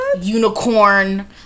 unicorn